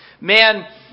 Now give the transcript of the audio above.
Man